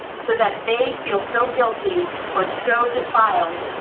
so that they feel so guilty or so defiled,